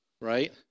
right